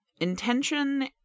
Intention